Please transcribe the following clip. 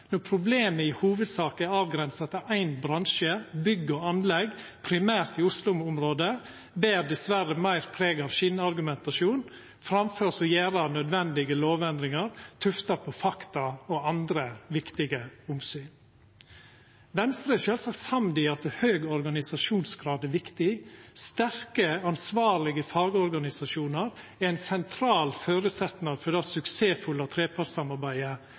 når problemet i hovudsak er avgrensa til éin bransje, nemleg bygg og anlegg, og primært i Oslo-området, ber dessverre meir preg av skinnargumentasjon enn av å gjera dei nødvendige lovendringane tufta på fakta og andre viktige omsyn. Venstre er sjølvsagt samd i at høg organisasjonsgrad er viktig. Sterke og ansvarlege fagorganisasjonar er ein sentral føresetnad for det suksessfulle trepartssamarbeidet